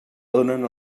donen